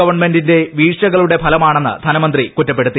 ഗവൺമെന്റിന്റെ വീഴ്ചകളുടെ ഫലമാണെന്ന് ധനമന്ത്രി കുറ്റപ്പെടുത്തി